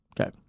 Okay